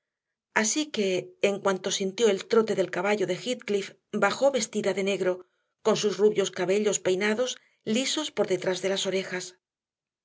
así que en cuanto sintió el trote del caballo de heathcliff bajó vestida de negro con sus rubios cabellos peinados lisos por detrás de las orejas